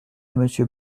monsieur